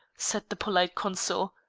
said the polite consul.